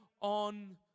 on